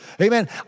Amen